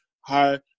hi